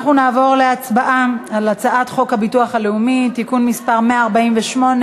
אנחנו נעבור להצבעה על הצעת חוק הביטוח הלאומי (תיקון מס' 148),